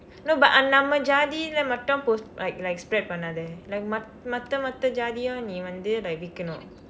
no but ஆனா நம்ம ஜாதியில மட்டும்:aanaa namma jaathiyila matdum post like like spread பண்ணாதே:pannaathee like மற்ற மற்ற ஜாதியும் நீ வந்து:marra marra jaathiyum nii vandthu like விற்கணும்:virkanum